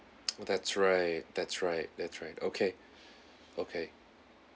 that's right that's right that's right okay okay